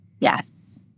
Yes